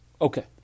Okay